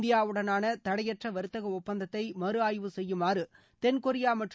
இந்தியாவுடனான தடையற்ற வர்த்தக ஒப்பந்தத்தை மறு ஆய்வு செய்யுமாறு தென்கொரியா மற்றும்